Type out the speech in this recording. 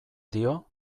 dio